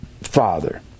father